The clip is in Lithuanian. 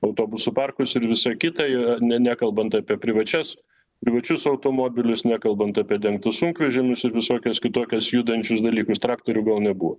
autobusų parkus ir visa kita jo nė nekalbant apie privačias privačius automobilius nekalbant apie dengtus sunkvežimius ir visokias kitokias judančius dalykus traktorių gal nebuvo